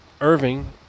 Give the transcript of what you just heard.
Irving